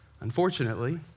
Unfortunately